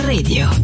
Radio